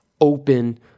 open